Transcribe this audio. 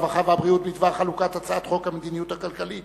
הרווחה והבריאות בדבר חלוקת הצעת חוק המדיניות הכלכלית